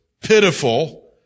pitiful